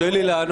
תן לי לענות.